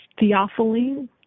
theophylline